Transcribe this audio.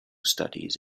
studies